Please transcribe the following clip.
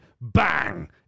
bang